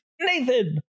Nathan